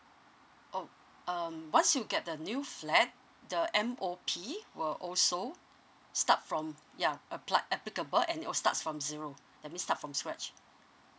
oh um once you get the new flap the m o o t were also start from young applied applicable and your start from zero let me start from scratch